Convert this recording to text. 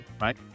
right